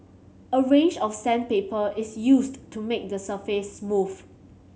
a range of sandpaper is used to make the surface smooth